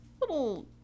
little